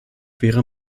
wäre